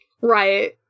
Right